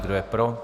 Kdo je pro?